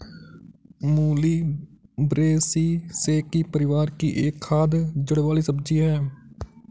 मूली ब्रैसिसेकी परिवार की एक खाद्य जड़ वाली सब्जी है